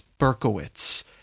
Berkowitz